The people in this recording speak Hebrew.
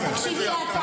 זה לא בדיוק,